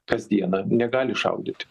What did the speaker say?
kasdieną negali šaudyti